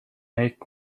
make